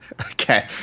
Okay